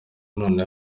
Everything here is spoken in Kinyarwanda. none